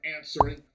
answering